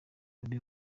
bobi